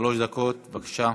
שלוש דקות, בבקשה.